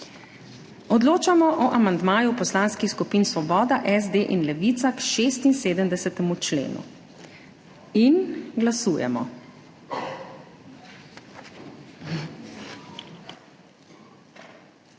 odločamo o amandmaju poslanskih skupin Svoboda, SD in Levica k 12. členu. Glasujemo.